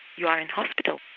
you are in hospital,